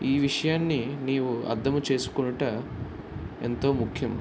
ఈ విషయాన్ని నీవు అర్థం చేసుకొనుట ఎంతో ముఖ్యం